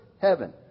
heaven